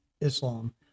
Islam